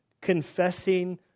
confessing